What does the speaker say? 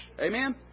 Amen